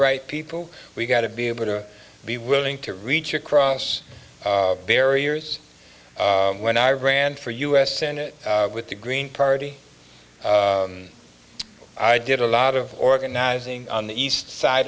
right people we got to be able to be willing to reach across barriers when i ran for u s senate with the green party i did a lot of organizing on the east side